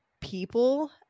people